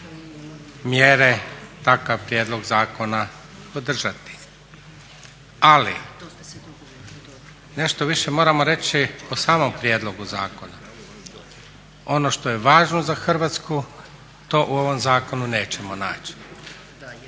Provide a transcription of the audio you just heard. mjere, takav prijedlog zakona podržati. Ali nešto više moramo reći o samom prijedlogu zakona. Ono što je važno za Hrvatsku to u ovom zakonu nećemo naći.